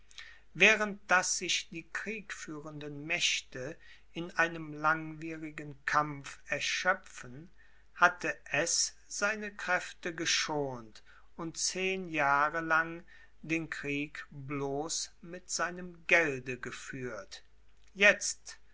während daß sich die kriegführenden mächte in einem langwierigen kampf erschöpften hatte es seine kräfte geschont und zehen jahre lang den krieg bloß mit seinem gelde geführt jetzt